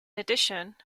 addition